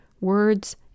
words